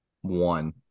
one